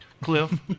Cliff